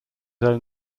own